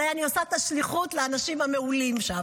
בזה אני עושה את השליחות לאנשים המעולים שם.